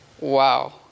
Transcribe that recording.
Wow